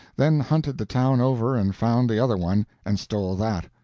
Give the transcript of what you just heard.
then hunted the town over and found the other one, and stole that.